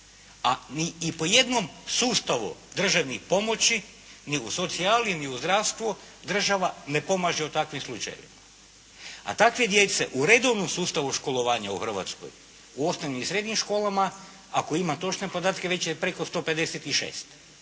A ni po jednom sustavu državnih pomoći, ni u socijali, ni u zdravstvu, država ne pomaže u takvim slučajevima, a takve djece, u redovnom sustavu školovanja u Hrvatskoj, u osnovnim i srednjim školama, ako imam točne podatke, već je preko 156.